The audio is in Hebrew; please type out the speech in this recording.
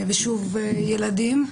ושוב, ילדים.